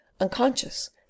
unconscious